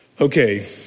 Okay